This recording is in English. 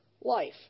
life